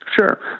Sure